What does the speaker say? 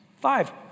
Five